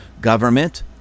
government